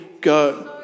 go